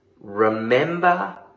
remember